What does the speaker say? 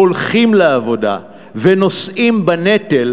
הולכים לעבודה ונושאים בנטל,